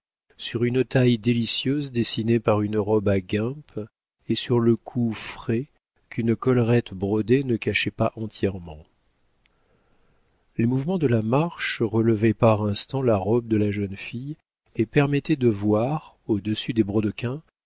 sur une taille délicieuse dessinée par une robe à guimpe et sur le cou frais qu'une collerette brodée ne cachait pas entièrement les mouvements de la marche relevaient par instants la robe de la jeune fille et permettaient de voir au-dessus des brodequins